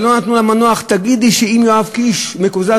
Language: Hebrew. ולא נתנו לה מנוח: תגידי שאם יואב קיש מקוזז,